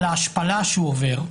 על ההשפלה שהוא עובר,